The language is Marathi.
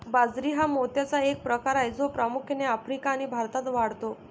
बाजरी हा मोत्याचा एक प्रकार आहे जो प्रामुख्याने आफ्रिका आणि भारतात वाढतो